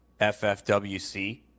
FFWC